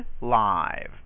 live